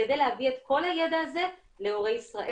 כדי להביא את כל הידע הזה להורי ישראל.